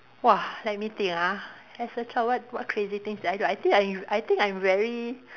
!wah! let me think ah as a child what what crazy things did I do I think I'm I think I'm very